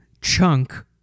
chunk